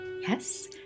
Yes